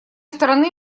стороны